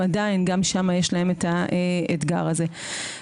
עדיין גם שם יש להם את האתגר הזה.